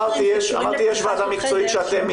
לא רק --- אמרתי שיש ועדה מקצועית שאתם מיניתם,